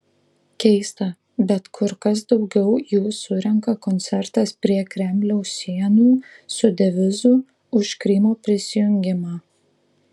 keista bet kur kas daugiau jų surenka koncertas prie kremliaus sienų su devizu už krymo prisijungimą